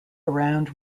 around